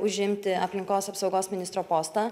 užimti aplinkos apsaugos ministro postą